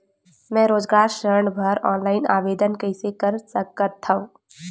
मैं रोजगार ऋण बर ऑनलाइन आवेदन कइसे कर सकथव?